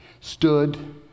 stood